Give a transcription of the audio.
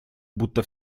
будто